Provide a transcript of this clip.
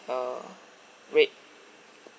uh red